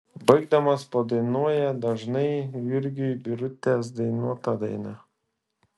baigdamas padainuoja dažnai jurgiui birutės dainuotą dainą